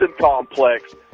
complex